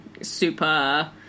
super